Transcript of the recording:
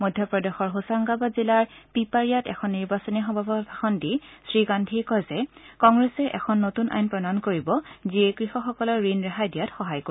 মধ্যপ্ৰদেশৰ হোচাংগাবাদ জিলাৰ পিপাৰিয়াত এখন নিৰ্বাচনী সমাৱেশত ভাষণ দি শ্ৰীগান্ধীয়ে কয় যে কংগ্ৰেছে এখন নতুন আইন প্ৰণয়ন কৰিব যিয়ে কৃষকসকলৰ ঋণ ৰেহাই দিয়াত সহায় কৰিব